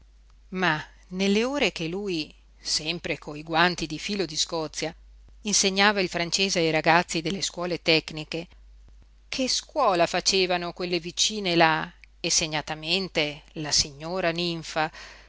ma nelle ore che lui sempre coi guanti di filo di scozia insegnava il francese ai ragazzi delle scuole tecniche che scuola facevano quelle vicine là e segnatamente la signora ninfa